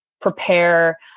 prepare